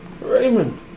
Raymond